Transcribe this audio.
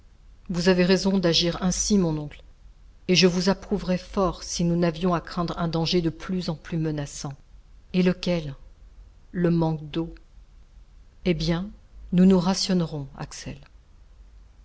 vous avez raison d'agir ainsi mon oncle et je vous approuverais fort si nous n'avions à craindre un danger de plus en plus menaçant et lequel le manque d'eau eh bien nous nous rationnerons axel